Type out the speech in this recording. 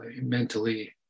mentally